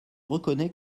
reconnaît